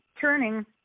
turning